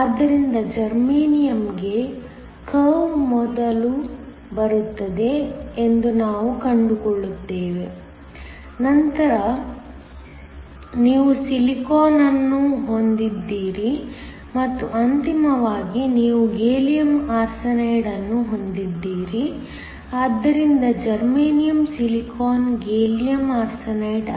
ಆದ್ದರಿಂದ ಜರ್ಮೇನಿಯಮ್ಗೆ ಕರ್ವ್ ಮೊದಲು ಬರುತ್ತದೆ ಎಂದು ನಾವು ಕಂಡುಕೊಳ್ಳುತ್ತೇವೆ ನಂತರ ನೀವು ಸಿಲಿಕಾನ್ ಅನ್ನು ಹೊಂದಿದ್ದೀರಿ ಮತ್ತು ಅಂತಿಮವಾಗಿ ನೀವು ಗ್ಯಾಲಿಯಂ ಆರ್ಸೆನೈಡ್ ಅನ್ನು ಹೊಂದಿದ್ದೀರಿ ಆದ್ದರಿಂದ ಜರ್ಮೇನಿಯಮ್ ಸಿಲಿಕಾನ್ ಗ್ಯಾಲಿಯಂ ಆರ್ಸೆನೈಡ್